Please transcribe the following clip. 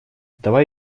давай